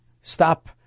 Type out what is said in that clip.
stop